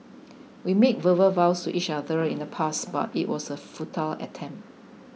we made verbal vows to each other in the past but it was a futile attempt